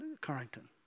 Carrington